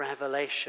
Revelation